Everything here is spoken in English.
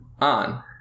on